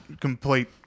complete